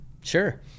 sure